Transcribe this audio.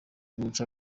guca